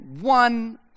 one